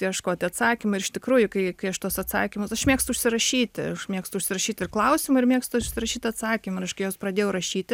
ieškoti atsakymų ir iš tikrųjų kai kai aš tuos atsakymus aš mėgstu užsirašyti aš mėgstu užsirašyt ir klausimą ir mėgstu užsirašyt atsakymą ir aš kai juos pradėjau rašyti